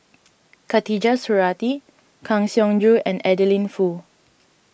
Khatijah Surattee Kang Siong Joo and Adeline Foo